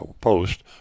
post